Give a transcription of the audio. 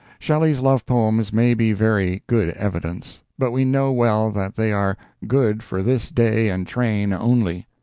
shelley's love-poems may be very good evidence, but we know well that they are good for this day and train only.